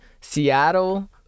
Seattle